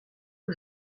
que